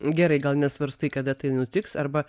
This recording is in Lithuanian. gerai gal net svarstai kada tai nutiks arba